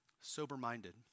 sober-minded